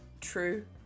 true